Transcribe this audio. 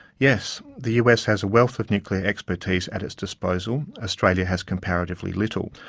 yes. the us has a wealth of nuclear expertise at its disposal australia has comparatively little.